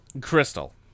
Crystal